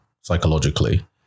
psychologically